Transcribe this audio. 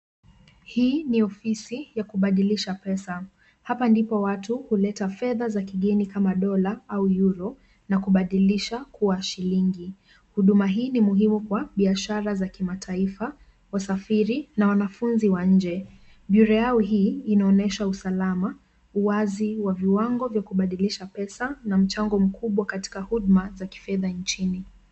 Hii ni ofisi ya kupadilisha pesa hapa ndipo watu uleta fedha za kikeni kama dola au euro na kupadilisha kuwa shilingi huduma hii ni muhimu kwa biashara za kimataifa, wasafiri ma wanafunzi wa nje inaonyesha usalama wazi wa viwango wa kupadilisha pesa na mchango mkubwa wa kupadilisha fedha injini